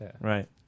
Right